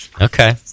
Okay